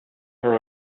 her